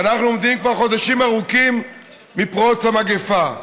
ואנחנו עומדים כבר חודשים ארוכים מפרוץ המגפה.